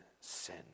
sin